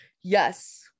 yes